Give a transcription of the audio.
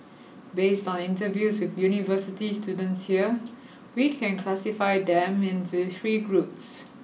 based on interviews with university students here we can classify them into three groups